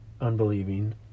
unbelieving